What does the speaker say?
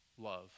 Love